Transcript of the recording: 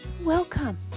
Welcome